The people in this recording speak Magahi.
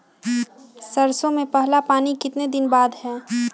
सरसों में पहला पानी कितने दिन बाद है?